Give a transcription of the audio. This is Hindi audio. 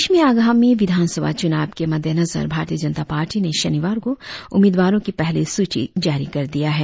प्रदेश में आगामी विधान सभा चुनाव के मद्देनजर भारतीय जनता पार्टी ने शनिवार को उम्मीदवारों की पहली सूची जारी कर दिया है